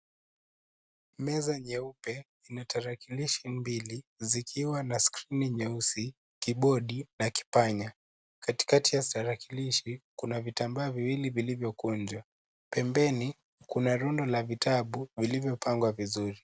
Meza nyeupe na tarakilishi mbili zikiwa na skrini nyeusi, keyboardi na kipanya, katikati ya tarakilishi, kuna vitambaa viwili vilivyokunjwa pembeni kuna rundo la vitabu vilivyopangwa vizuri.